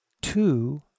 two